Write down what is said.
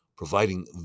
providing